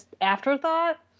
afterthought